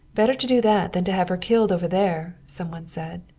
better to do that than to have her killed over there, some one said.